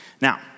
Now